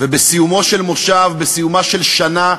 ובסיומו של מושב, בסיומה של שנה,